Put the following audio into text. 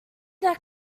that